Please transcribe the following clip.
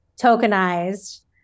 tokenized